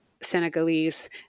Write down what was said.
Senegalese